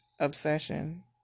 obsession